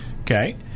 Okay